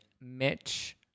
Mitch